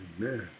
Amen